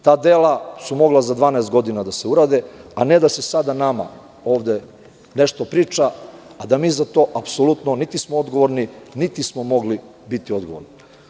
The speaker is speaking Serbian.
Ta dela su mogla za 12 godina da se urade, a ne da se sada nama ovde nešto priča a da mi za to apsolutno niti smo odgovorni niti smo mogli biti odgovorni.